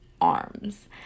arms